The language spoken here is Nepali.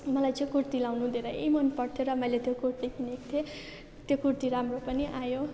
मलाई चाहिँ कुर्ती लगाउनु धेरै मनपर्थ्यो र त्यो कुर्ती किनेको थिएँ त्यो कुर्ती राम्रो पनि आयो